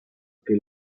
que